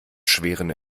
schweren